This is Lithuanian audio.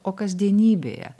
o kasdienybėje